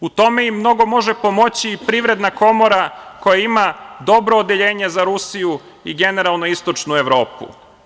U tome im mnogo može pomoći i Privredna komora koja ima dobro odeljenje za Rusiju i generalno Istočnu Evropu.